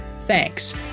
Thanks